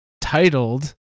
titled